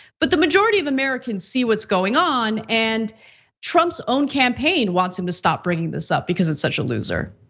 but the majority of americans see what's going on. and trump's own campaign wants him to stop bringing this up because it's such a loser.